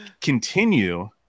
continue